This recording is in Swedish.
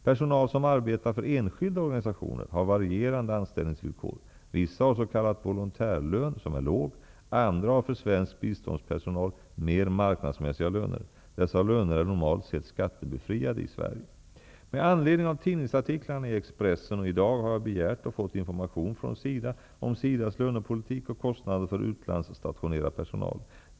Personal som arbetar för enskilda organisationer har varierande anställningsvillkor. Vissa har s.k. volontärlön, som är låg. Andra har för svensk biståndspersonal mer ''marknadsmässiga'' löner. Dessa löner är normalt sett skattebefriade i Med anledning av tidningsartiklarna i Expressen och IDAG har jag begärt och fått information från SIDA om SIDA:s lönepolitik och kostnader för utlandsstationerad personal.